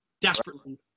Desperately